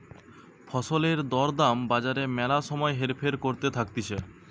ফসলের দর দাম বাজারে ম্যালা সময় হেরফের করতে থাকতিছে